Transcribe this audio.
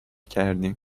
کردیم